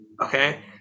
okay